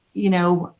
you know,